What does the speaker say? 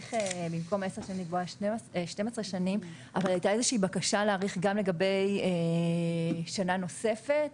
להאריך 12 שנים אבל הייתה איזושהי בקשה להאריך גם לגבי שנה נוספת.